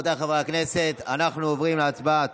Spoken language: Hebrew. חברי הכנסת, אנחנו עוברים להצבעה